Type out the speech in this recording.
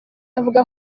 avuga